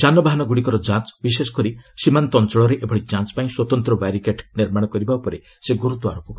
ଯାନବାହନଗୁଡ଼ିକର ଯାଞ୍ଚ ବିଶେଷକରି ସୀମାନ୍ତ ଅଞ୍ଚଳରେ ଏଭଳି ଯାଞ୍ଚ ପାଇଁ ସ୍ୱତନ୍ତ୍ର ବାରିକେଡ ନିର୍ମାଣ କରିବା ଉପରେ ସେ ଗୁରୁତ୍ୱାରୋପ କରିଛନ୍ତି